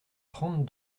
trente